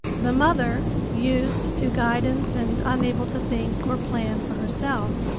the mother, used to guidance and unable to think or plan for herself,